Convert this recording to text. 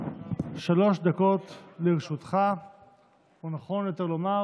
שלוש דקות לרשותך או, נכון יותר לומר,